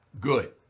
good